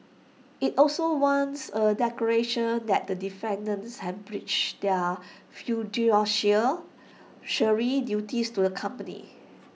IT also wants A declaration that the defendants have breached their fiduciary duties to the company